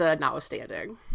notwithstanding